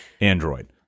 Android